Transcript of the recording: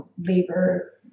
labor